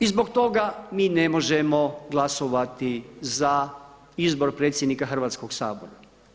I zbog toga mi ne možemo glasovati za izbor predsjednika Hrvatskoga sabora.